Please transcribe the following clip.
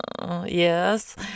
yes